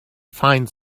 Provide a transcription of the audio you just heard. finds